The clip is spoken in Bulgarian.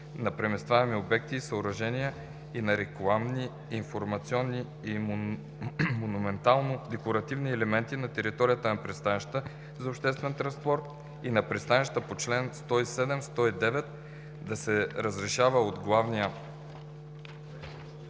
на преместваеми обекти и съоръжения и на рекламни, информационни и монументално-декоративни елементи на територията на пристанища за обществен транспорт и на пристанища по чл. 107–109 да се разрешава от главния